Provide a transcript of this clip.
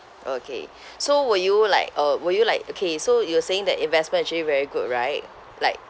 okay so will you like uh will you like okay so you were saying that investment actually very good right like